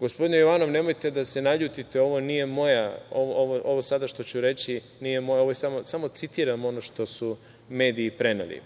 Gospodine Jovanov, nemojte da se naljutite ovo nije moja, odnosno ovo što ću sada reći, nije moje, već samo citiram ono što su mediji preneli.